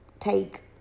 take